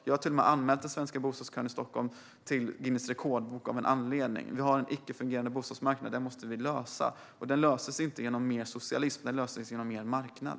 Jag har till och med anmält bostadskön i Stockholm till Guinness Rekordbok , och det av en anledning: Vi har en icke-fungerande bostadsmarknad. Det måste vi lösa, och det görs inte genom mer socialism utan genom mer marknad.